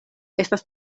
estas